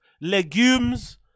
legumes